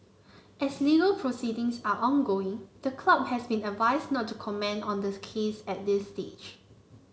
as legal proceedings are ongoing the club has been advised not to comment on this case at this stage